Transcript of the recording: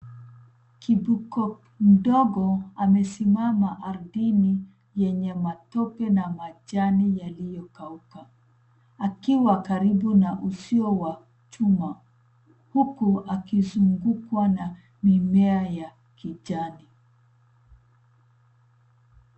Kiboko mdogo amesimama ardhini yenye matope na majani yaliyokauka, akiwa karibu na uzio wa chuma huku akizungukwa na mimea ya kijani.